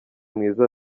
mwiza